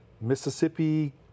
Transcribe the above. Mississippi